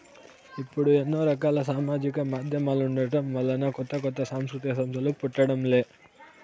ఇప్పుడు ఎన్నో రకాల సామాజిక మాధ్యమాలుండటం వలన కొత్త కొత్త సాంస్కృతిక సంస్థలు పుట్టడం లే